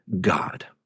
God